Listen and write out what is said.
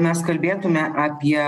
mes kalbėtum apie